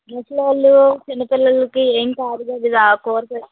ముసలివాళ్ళు చిన్న పిల్లలకి ఏం కాదు కదా ఇలా కూర చేసుకుంటే